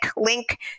link